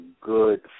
good